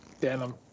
Denim